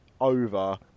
over